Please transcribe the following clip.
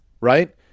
right